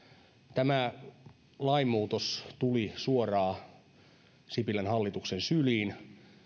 tämä lainmuutos tuli suoraan sipilän hallituksen syliin